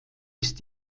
ist